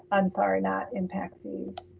i'm sorry, not impact fees.